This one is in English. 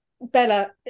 Bella